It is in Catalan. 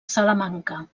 salamanca